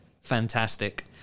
Fantastic